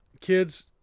Kid's